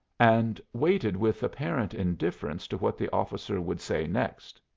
and waited with apparent indifference to what the officer would say next.